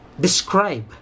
describe